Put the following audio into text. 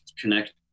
connect